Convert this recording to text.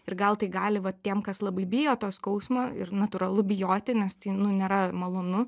ir gal tai gali va tiem kas labai bijo to skausmo ir natūralu bijoti nes tai nu nėra malonu